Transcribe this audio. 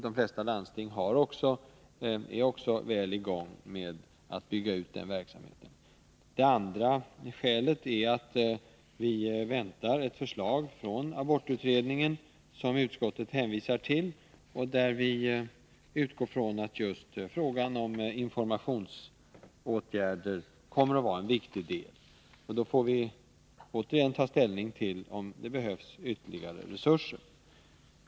De flesta landsting är också i gång med att bygga ut den verksamheten. Det andra skälet är att vi väntar ett förslag från abortutredningen, som utskottet hänvisar till. Vi utgår från att just frågan om informationsåtgärder kommer att vara en viktig del i utredningens förslag, och när det föreligger får vi ta ställning till om det behövs ytterligare resurser.